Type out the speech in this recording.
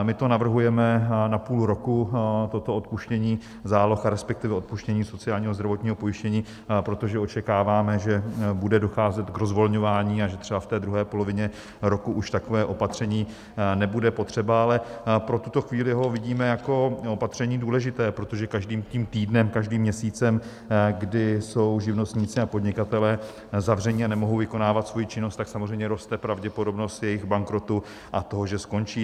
My to navrhujeme na půl roku, toto odpuštění záloh, respektive odpuštění sociálního, zdravotního pojištění, protože očekáváme, že bude docházet k rozvolňování a že třeba v druhé polovině roku už takové opatření nebude potřeba, ale pro tuto chvíli ho vidíme jako opatření důležité, protože každým tím týdnem, každým měsícem, kdy jsou živnostníci a podnikatelé zavřeni a nemohou vykonávat svoji činnost, tak samozřejmě roste pravděpodobnost jejich bankrotu a toho, že skončí.